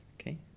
Okay